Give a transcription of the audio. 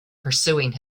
pursuing